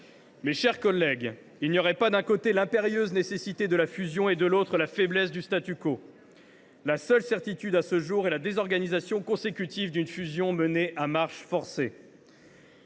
Mes chers collègues, il n’y aurait pas, d’un côté, l’impérieuse nécessité de la fusion et, de l’autre, la faiblesse du. La seule certitude à ce jour est la désorganisation consécutive d’une fusion menée à marche forcée.